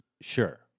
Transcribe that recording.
Sure